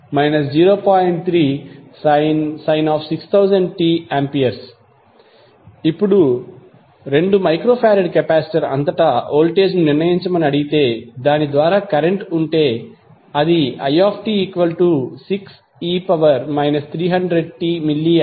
3sin 6000t A ఇప్పుడు 2 μF capacitor అంతటా voltage ను నిర్ణయించమని అడిగితే దాని ద్వారా కరెంట్ ఉంటే అది it6e 3000tmA